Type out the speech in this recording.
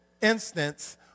instance